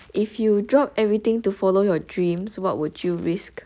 if you drop everything to follow your dreams what would you risk